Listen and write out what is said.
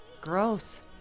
gross